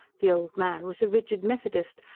the old man was a rigid methodist,